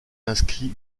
inscrit